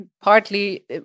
partly